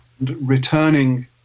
returning